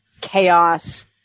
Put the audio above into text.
chaos